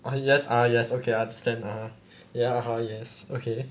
ah yes ah yes okay I understand ah ya uh yes okay